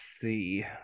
see